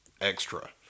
extra